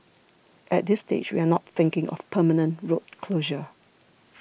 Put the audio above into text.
at this stage we are not thinking of permanent road closure